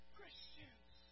Christians